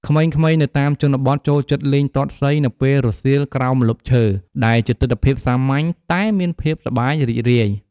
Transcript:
ក្មេងៗនៅតាមជនបទចូលចិត្តលេងទាត់សីនៅពេលរសៀលក្រោមម្លប់ឈើ ដែលជាទិដ្ឋភាពសាមញ្ញតែមានភាពសប្បាយរីករាយ។